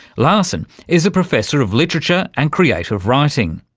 larson is a professor of literature and creative writing.